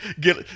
get